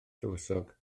tywysog